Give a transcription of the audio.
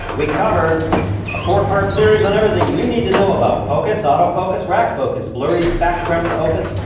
we covered a four part series on everything you need to know about focus, auto focus, rack focus, blurry background focus,